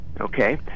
Okay